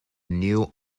new